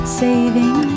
saving